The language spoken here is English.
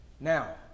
Now